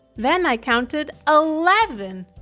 then i counted eleven!